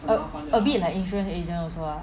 a a bit like insurance agent also lah